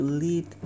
lead